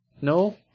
No